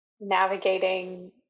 navigating